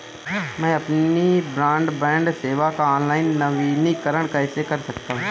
मैं अपनी ब्रॉडबैंड सेवा का ऑनलाइन नवीनीकरण कैसे कर सकता हूं?